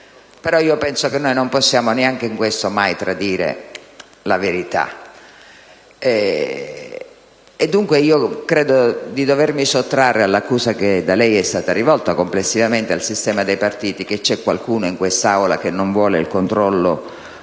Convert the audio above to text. Penso, però, che non possiamo neppure in questo tradire mai la verità. Credo, dunque, di dovermi sottrarre all'accusa che da lei è stata rivolta complessivamente al sistema dei partiti, per cui c'è qualcuno in quest'Aula che non vuole il controllo